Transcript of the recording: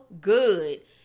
good